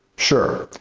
sure,